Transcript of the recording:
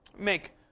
make